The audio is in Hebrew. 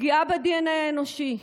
פגיעה בדנ"א האנושי,